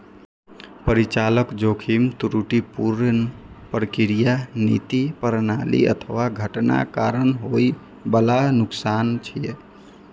परिचालन जोखिम त्रुटिपूर्ण प्रक्रिया, नीति, प्रणाली अथवा घटनाक कारण होइ बला नुकसान छियै